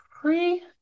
pre